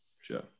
Sure